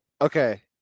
Okay